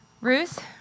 Ruth